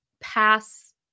pass